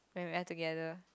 when we are together